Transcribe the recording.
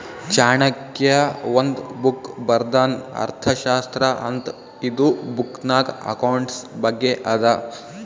ಚಾಣಕ್ಯ ಒಂದ್ ಬುಕ್ ಬರ್ದಾನ್ ಅರ್ಥಶಾಸ್ತ್ರ ಅಂತ್ ಇದು ಬುಕ್ನಾಗ್ ಅಕೌಂಟ್ಸ್ ಬಗ್ಗೆ ಅದಾ